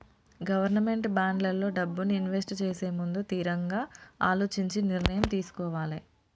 government బాండ్లల్లో డబ్బుని invest చేసేముందు తిరంగా అలోచించి నిర్ణయం తీసుకోవాలే